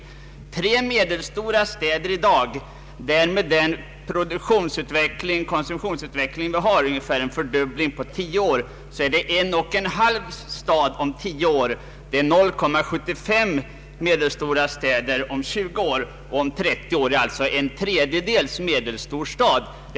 Kraft för tre medelstora städer i dag är med den elkonsumtionsutveckling vi har — ungefär en fördubbling på tio år — kraft för en och en halv medelstor stad om tio år, för 0,75 städer om 20 år och kraft för en tredjedels stad om 30 år.